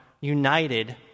united